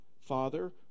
Father